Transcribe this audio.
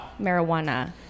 marijuana